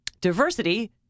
diversity